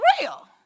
real